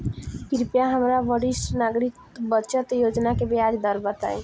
कृपया हमरा वरिष्ठ नागरिक बचत योजना के ब्याज दर बताई